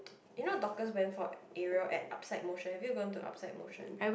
you know Dorcas went for aerial at Upside Motion have you gone to Upside Motion